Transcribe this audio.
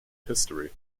history